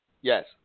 Yes